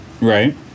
right